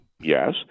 Yes